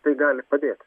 tai gali padėti